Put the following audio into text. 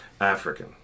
African